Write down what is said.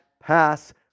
pass